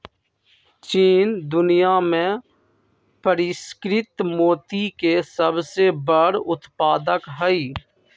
चीन दुनिया में परिष्कृत मोती के सबसे बड़ उत्पादक हई